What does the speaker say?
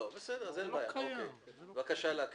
בבקשה, להקריא.